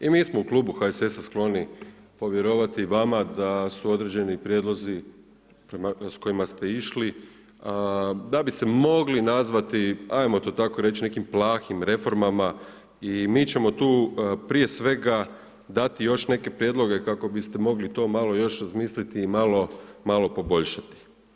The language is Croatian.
I mi smo u klubu HSS-a skloni povjerovati vama da su određeni prijedlozi s kojima ste išli da bi se mogli nazvati, ajmo to tako reći nekim plahim reformama i mi ćemo tu prije svega dati još neke prijedloge kako biste mogli to malo još razmisliti i malo poboljšati.